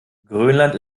grönland